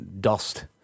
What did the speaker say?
dust